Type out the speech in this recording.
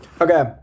Okay